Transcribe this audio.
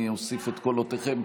אני אוסיף את קולותיכם.